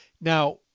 Now